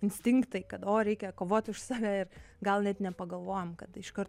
instinktai kad o reikia kovot už save ir gal net nepagalvojam kad iš karto